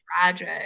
tragic